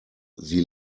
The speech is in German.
sie